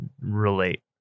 relate